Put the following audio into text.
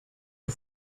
you